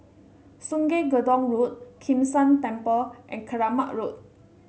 Sungei Gedong Road Kim San Temple and Keramat Road